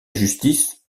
justice